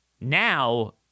Now